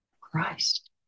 Christ